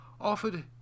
offered